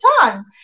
time